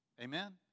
Amen